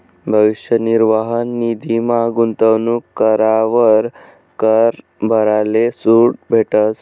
भविष्य निर्वाह निधीमा गूंतवणूक करावर कर भराले सूट भेटस